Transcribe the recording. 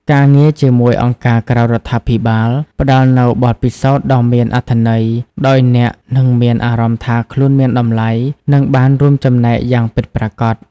ការងារជាមួយអង្គការក្រៅរដ្ឋាភិបាល ផ្ដល់នូវបទពិសោធន៍ដ៏មានអត្ថន័យ ដោយអ្នកនឹងមានអារម្មណ៍ថាខ្លួនមានតម្លៃ និងបានរួមចំណែកយ៉ាងពិតប្រាកដ។